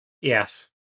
Yes